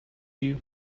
you